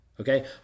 Okay